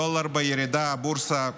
הדולר בירידה, הבורסה גם,